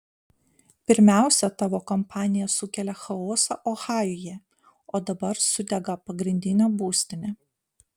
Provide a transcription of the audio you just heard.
pirmiausia tavo kompanija sukelia chaosą ohajuje o dabar sudega pagrindinė būstinė